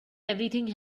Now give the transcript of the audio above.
everything